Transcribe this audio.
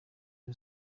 ubu